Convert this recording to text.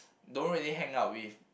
don't really hang out with